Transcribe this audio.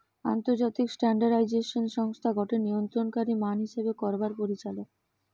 আন্তর্জাতিক স্ট্যান্ডার্ডাইজেশন সংস্থা গটে নিয়ন্ত্রণকারী মান হিসেব করবার পরিচালক